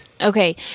Okay